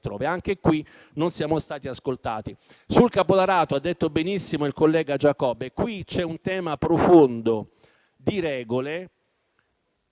tale proposito non siamo stati ascoltati. Sul capolarato ha detto benissimo il collega Giacobbe: c'è un tema profondo di regole,